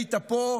היית פה,